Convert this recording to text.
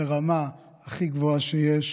ברמה הכי גבוהה שיש,